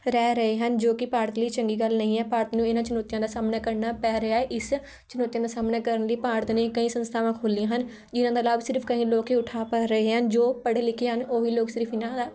ਰਹਿ ਰਹੇ ਹਨ ਜੋ ਕਿ ਭਾਰਤ ਲਈ ਚੰਗੀ ਗੱਲ ਨਹੀਂ ਹੈ ਭਾਰਤ ਨੂੰ ਇਹਨਾਂ ਚੁਣੌਤੀਆਂ ਦਾ ਸਾਹਮਣਾ ਕਰਨਾ ਪੈ ਰਿਹਾ ਇਸ ਚੁਣੌਤੀਆਂ ਦਾ ਸਾਹਮਣਾ ਕਰਨ ਲਈ ਭਾਰਤ ਨੇ ਕਈ ਸੰਸਥਾਵਾਂ ਖੋਲ੍ਹੀਆਂ ਹਨ ਜਿਹਨਾਂ ਦਾ ਲਾਭ ਸਿਰਫ ਕਈ ਲੋਕ ਹੀ ਉਠਾ ਪਾ ਰਹੇ ਹਨ ਜੋ ਪੜ੍ਹੇ ਲਿਖੇ ਹਨ ਓਹੀ ਲੋਕ ਸਿਰਫ ਇਹਨਾਂ ਦਾ